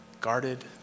guarded